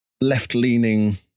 left-leaning